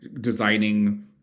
designing